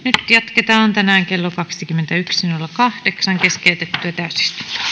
nyt jatketaan tänään kello kaksikymmentäyksi nolla kahdeksan keskeytettyä täysistuntoa